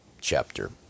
chapter